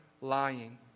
lying